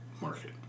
market